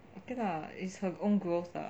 okay lah it's her own growth lah